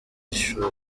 shuri